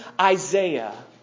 Isaiah